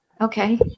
Okay